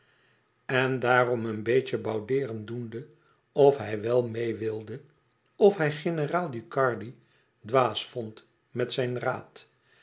en daarom een beetje boudeerend doende of hij wèl meê wilde of hij generaal ducardi dwaas vond met zijn raad